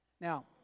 Now